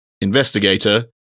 investigator